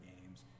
games